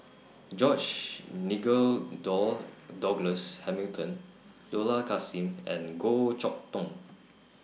George Nigel Door Douglas Hamilton Dollah Kassim and Goh Chok Tong